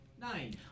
Nine